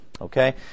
Okay